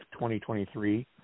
2023